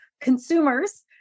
consumers